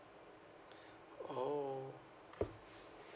oh